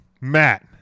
Matt